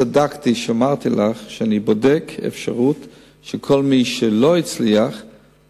צדקתי כשאמרתי לך שאני בודק אפשרות שכל מי שלא הצליח,